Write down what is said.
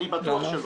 אני בטוח שלא.